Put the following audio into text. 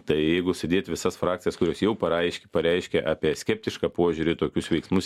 tai jeigu sudėt visas frakcijas kurios jau paraiš pareiškė apie skeptišką požiūrį tokius veiksmus